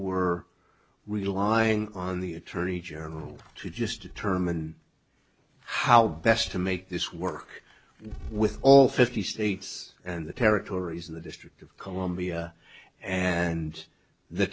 were relying on the attorney general to just term and how best to make this work with all fifty states and the territories of the district of columbia and the